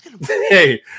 Hey